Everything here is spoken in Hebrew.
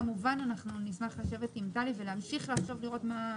כמובן אנחנו נשמח להיפגש עם טלי לאופר ולהמשיך לחשוב על מה שניתן לעשות.